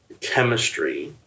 chemistry